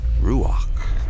ruach